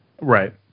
right